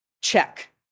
check